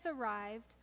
arrived